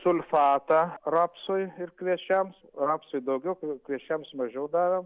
sulfatą rapsui ir kviečiams rapsui daugiau kviečiams mažiau davėm